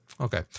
Okay